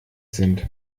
sind